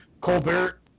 Colbert